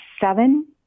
seven